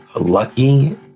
lucky